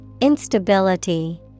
Instability